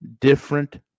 different